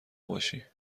باشی